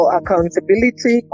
accountability